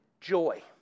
joy